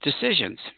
decisions